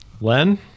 Len